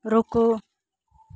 रूकू